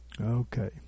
Okay